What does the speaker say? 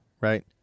right